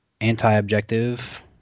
anti-objective